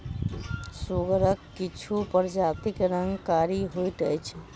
सुगरक किछु प्रजातिक रंग कारी होइत अछि